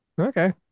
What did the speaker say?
Okay